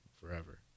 forever